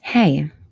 Hey